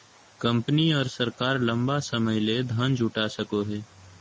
company और सरकार लंबा समय ले धन जुटा सको हइ